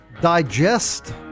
digest